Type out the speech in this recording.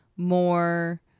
more